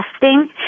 testing